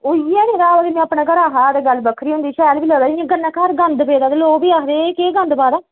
उ'ऐ निं आदमी अपने घरा खा ते गल्ल बक्खरी होंदी शैल बी लगदी इ'यां कन्नै घर गंद पेदा ते लोक बी आखदे एह् केह् गंद पा दा